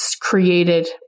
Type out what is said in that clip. created